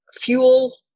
fuel